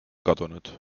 kadunud